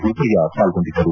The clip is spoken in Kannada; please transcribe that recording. ಬೋಪಯ್ಯ ಪಾಲ್ಗೊಂಡಿದ್ದರು